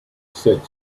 said